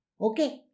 Okay